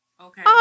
okay